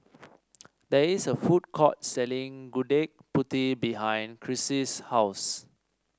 there is a food court selling Gudeg Putih behind Crissy's house